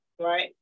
right